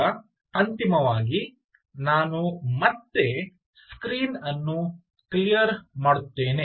ಈಗ ಅಂತಿಮವಾಗಿ ನಾನು ಮತ್ತೆ ಸ್ಕ್ರೀನ್ ಅನ್ನು ಕ್ಲಿಯರ್ ಮಾಡುತ್ತೇನೆ